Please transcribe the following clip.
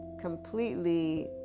completely